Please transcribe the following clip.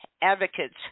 advocates